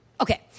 okay